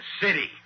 city